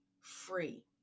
free